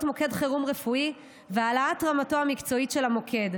מוקד חירום רפואי והעלאת רמתו המקצועית של המוקד,